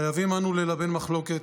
חייבים אנו ללבן מחלוקת.